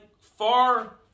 far